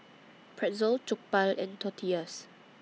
Pretzel Jokbal and Tortillas